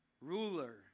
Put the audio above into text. ruler